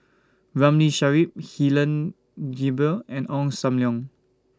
Ramli Sarip Helen Gilbey and Ong SAM Leong